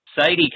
Sadie